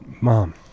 Mom